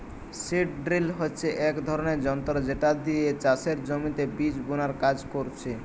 seed drill হচ্ছে এক ধরণের যন্ত্র যেটা দিয়ে চাষের জমিতে বীজ বুনার কাজ করছে